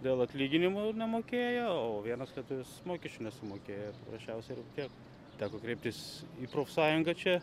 dėl atlyginimų nemokėjo o vienas lietuvis mokesčių nesumokėjo prasčiausiai ir tiek teko kreiptis į profsąjungą čia